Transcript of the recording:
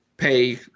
pay